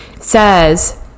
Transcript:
Says